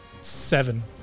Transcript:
seven